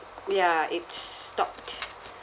ya it s~ stopped